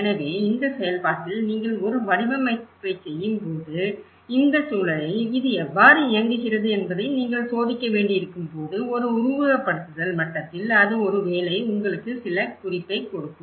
எனவே இந்த செயல்பாட்டில் நீங்கள் ஒரு வடிவமைப்பைச் செய்யும்போது இந்த சூழலில் இது எவ்வாறு இயங்குகிறது என்பதை நீங்கள் சோதிக்க வேண்டியிருக்கும் போது ஒரு உருவகப்படுத்துதல் மட்டத்தில் அது ஒருவேளை உங்களுக்கு சில குறிப்பைக் கொடுக்கும்